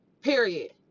Period